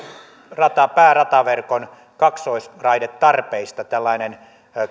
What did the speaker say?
päärataverkon kaksoisraidetarpeistamme tällainen